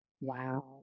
Wow